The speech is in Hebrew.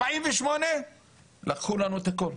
ב-1948 לקחו לנו את הכל,